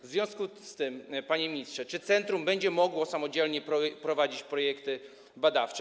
W związku z tym, panie ministrze, czy centrum będzie mogło samodzielnie prowadzić projekty badawcze?